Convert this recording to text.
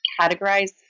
categorize